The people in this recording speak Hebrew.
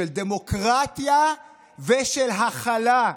של דמוקרטיה ושל הכלה".